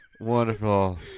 Wonderful